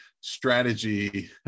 strategy